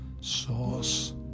source